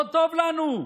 לא טוב לנו.